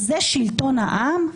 זה שלטון העם?